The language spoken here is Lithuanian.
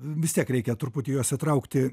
vis tiek reikia truputį juos įtraukti